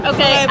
Okay